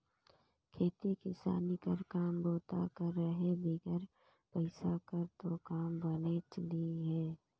खेती किसानी कर काम बूता कर रहें बिगर पइसा कर दो काम बननेच नी हे